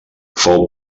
fou